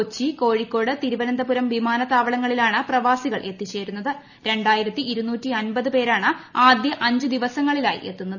കൊച്ചി കോഴിക്കോട് തിരുവനന്തപുരം വിമാനത്താവങ്ങളിലാണ് പ്രവാസികൾ പേരാണ് ആദ്യ അഞ്ച് ദിവസങ്ങളിലായി എത്തുന്നത്